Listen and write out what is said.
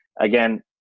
again